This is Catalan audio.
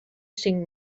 cinc